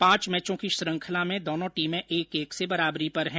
पांच मैचों की श्रृंखला में दोनों टीमें एक एक से बराबरी पर हैं